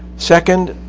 second,